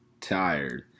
tired